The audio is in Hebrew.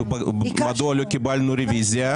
רבותיי, אנחנו מחדשים את הישיבה.